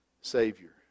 Savior